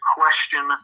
question